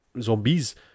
Zombies